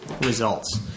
results